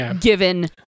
given